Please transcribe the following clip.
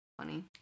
funny